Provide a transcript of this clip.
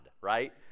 right